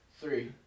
Three